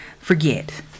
forget